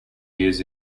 years